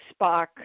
Spock